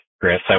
Chris